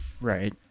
Right